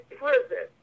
prison